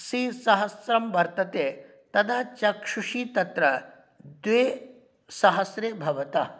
सिसहस्रं वर्तते तदा चक्षूंषि तत्र द्वे सहस्रे भवतः